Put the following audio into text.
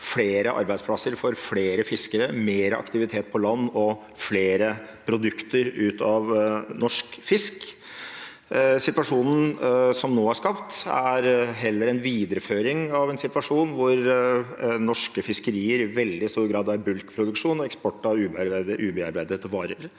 flere arbeidsplasser for flere fiskere, mer aktivitet på land og flere produkter av norsk fisk. Situasjonen som nå er skapt, er heller en videreføring av en situasjon hvor norske fiskerier i veldig stor grad er bulkproduksjon og eksport av ubearbeidet vare.